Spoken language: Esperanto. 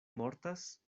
mortas